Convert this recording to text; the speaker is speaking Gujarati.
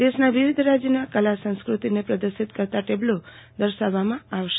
દેશના વિવિધ રાજયની કલા સંસ્કૃતિને પ્રદશિત કરતા ટેબ્લો દર્શાવવામાં આવશે